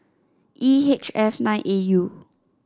E H F nine A U